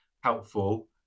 helpful